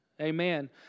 Amen